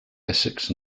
essex